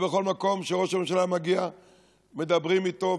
בכל מקום שראש הממשלה מגיע מדברים איתו,